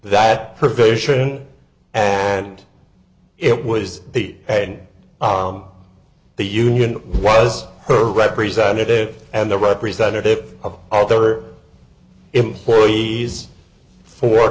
that provision and it was the and the union was her representative and the representative of all their employee is for